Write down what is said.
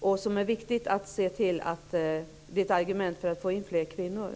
Det är viktigt att få fram att detta är ett argument för att få in fler kvinnor.